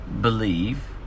believe